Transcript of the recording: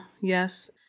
Yes